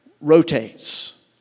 rotates